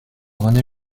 rené